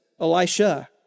Elisha